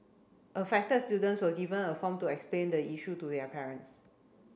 affected students were given a form to explain the issue to their parents